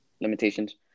limitations